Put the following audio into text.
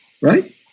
right